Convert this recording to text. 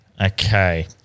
Okay